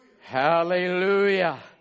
Hallelujah